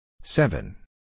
seven